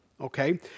okay